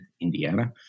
Indiana